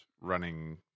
running